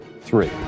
three